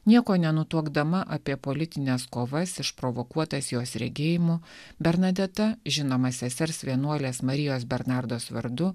nieko nenutuokdama apie politines kovas išprovokuotas jos regėjimų bernadeta žinoma sesers vienuolės marijos bernardos vardu